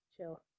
Chill